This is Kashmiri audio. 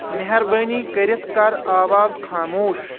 مہربٲنی کٔرِتھ کر آواز خاموش